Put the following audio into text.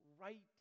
right